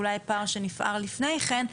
אולי פער שנפער לפני כן,